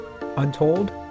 Untold